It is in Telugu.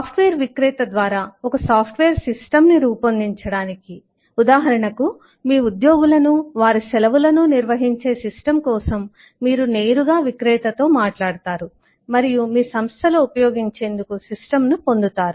సాఫ్ట్ వేర్ విక్రేత ద్వారా ఒక సాఫ్ట్వేర్ సిస్టం ని రూపొందించడానికి ఉదాహరణకు మీ ఉద్యోగులను వారి సెలవులను నిర్వహించే సిస్టం కోసం మీరు నేరుగా విక్రేత తో మాట్లాడుతారు మరియు మీ సంస్థలో ఉపయోగించేందుకు సిస్టం ను పొందుతారు